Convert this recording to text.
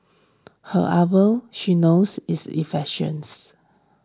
her ardour she knows is infectious